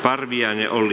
parviainen on